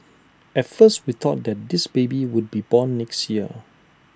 at first we thought that this baby would be born next year